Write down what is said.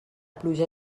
pluja